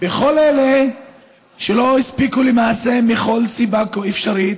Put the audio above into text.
בכל אלה שלא הספיקו למעשה, מכל סיבה אפשרית,